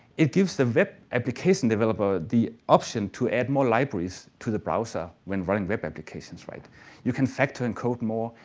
it gives the web application developper the option to add more libraries to the browser when running web applications. you can factor in code more,